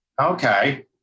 Okay